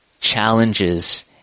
challenges